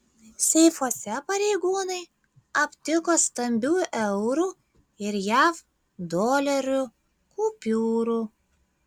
seifuose pareigūnai aptiko stambių eurų ir jav dolerių kupiūrų